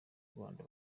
rwanda